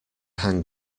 hang